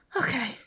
Okay